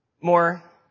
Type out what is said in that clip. more